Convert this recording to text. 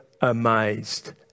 amazed